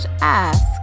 ask